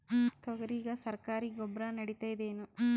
ತೊಗರಿಗ ಸರಕಾರಿ ಗೊಬ್ಬರ ನಡಿತೈದೇನು?